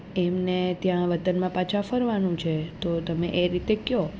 એમને ત્યાં વતનમાં પાછા ફરવાનું છે તો તમે એ રીતે કહો